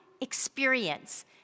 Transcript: experience